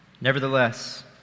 Nevertheless